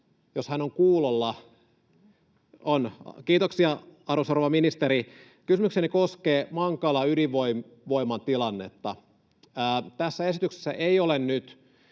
jos hän on kuulolla: — On, kiitoksia arvoisa rouva ministeri. — Kysymykseni koskee Mankala-ydinvoiman tilannetta. Tässä esityksessä ei nyt